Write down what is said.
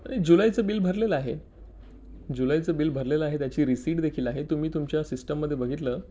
जुलाईचं bill भरलेलं आहे जुलाईचं बिल भरलेलं आहे त्याची रिसीट देखील आहे तुम्ही तुमच्या सिस्टममध्ये बघितलं